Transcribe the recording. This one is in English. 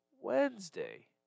Wednesday